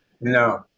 no